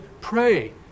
pray